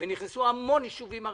ונכנסו המון יישובים ערביים.